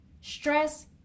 stress